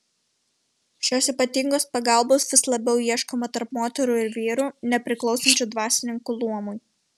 šios ypatingos pagalbos vis labiau ieškoma tarp moterų ir vyrų nepriklausančių dvasininkų luomui